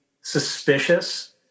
suspicious